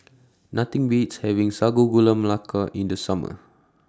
Nothing Beats having Sago Gula Melaka in The Summer